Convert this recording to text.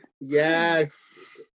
Yes